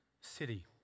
city